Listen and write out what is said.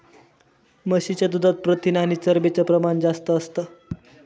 म्हशीच्या दुधात प्रथिन आणि चरबीच प्रमाण जास्त असतं